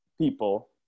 people